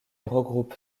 regroupe